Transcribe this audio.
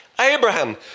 Abraham